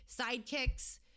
sidekicks